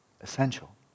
essential